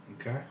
Okay